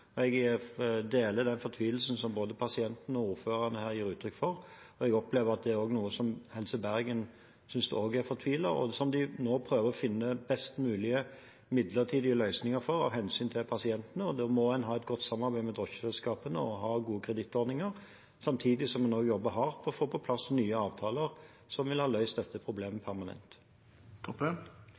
Jeg deler den fortvilelsen som både pasientene og ordførerne her gir uttrykk for. Jeg opplever at dette også er noe Helse Bergen synes er fortvilet, og som de nå prøver å finne best mulig midlertidige løsninger for av hensyn til pasientene. Da må en ha et godt samarbeid med drosjeselskapene og ha gode kredittordninger, samtidig som en jobber hardt for å få på plass nye avtaler som ville ha løst dette problemet permanent.